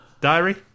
Diary